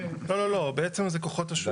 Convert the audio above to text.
לא, בעצם זה כוחות השוק.